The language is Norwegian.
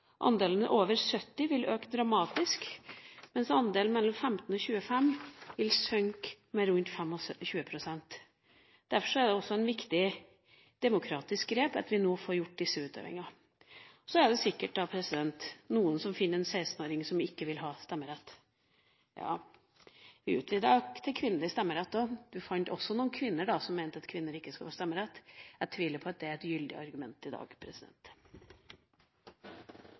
Andelen over 70 år vil øke dramatisk, mens andelen mellom 15 og 25 år vil synke med rundt 25 pst. Derfor er det også et viktig demokratisk grep at vi nå får gjort disse utvidelsene. Så er det sikkert noen som finner en 16-åring som ikke vil ha stemmerett. Ja, vi utvidet til kvinnelig stemmerett, og du fant også noen kvinner da som mente at kvinner ikke skulle ha stemmerett. Jeg tviler på at det er et gyldig argument i dag.